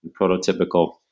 Prototypical